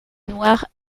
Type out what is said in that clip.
noir